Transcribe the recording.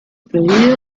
prohibido